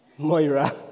Moira